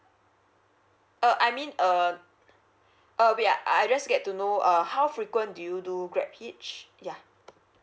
uh I mean uh uh we are I just get to know uh how frequent do you do grab hitch yeah